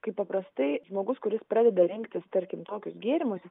kaip paprastai žmogus kuris pradeda rinktis tarkim kokius gėrimus